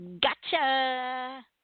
Gotcha